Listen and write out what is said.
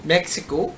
Mexico